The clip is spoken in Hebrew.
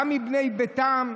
גם מבני ביתם,